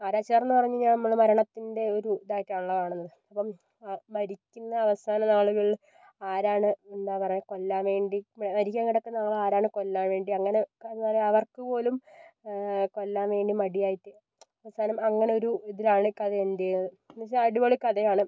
ആരാചാരെന്ന് പറഞ്ഞ് കഴിഞ്ഞാൽ നമ്മള് മരണത്തിൻ്റെ ഒരു ഇതായിട്ടാണല്ലോ കാണുന്നത് അപ്പം ആ മരിക്കുന്ന അവസാന നാളുകളില് ആരാണ് എന്താ പറയുക കൊല്ലാൻ വേണ്ടി മരിക്കാൻ കിടക്കുന്ന ആള് ആരാണ് കൊല്ലാൻ വേണ്ടി അങ്ങനെ അങ്ങനെ അവർക്ക് പോലും കൊല്ലാൻ വേണ്ടി മടിയായിട്ട് അവസാനം അങ്ങനൊരു ഇതിലാണ് കഥ എൻഡ് ചെയ്യണത് എന്ന് വെച്ചാൽ അടിപൊളി കഥയാണ്